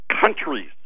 countries